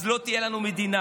אז לא תהיה לנו מדינה.